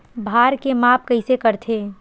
भार के माप कइसे करथे?